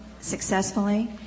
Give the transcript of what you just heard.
successfully